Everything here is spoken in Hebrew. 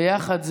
ביחד,